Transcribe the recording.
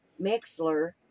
Mixler